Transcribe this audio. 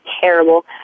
terrible